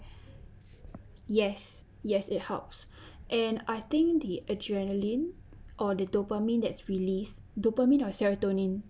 yes yes it helps and I think the adrenaline or the dopamine that's release dopamine or serotonin